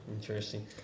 Interesting